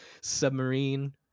submarine